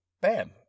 bam